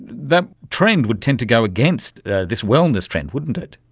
that trend would tend to go against this wellness trend, wouldn't it.